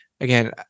again